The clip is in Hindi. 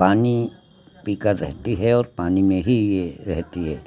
पानी पीकर रहती है और पानी में ही ये रहती है